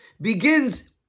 begins